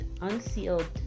unsealed